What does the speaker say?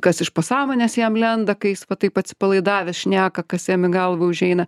kas iš pasąmonės jam lenda kai jis taip atsipalaidavęs šneka kas jam į galvą užeina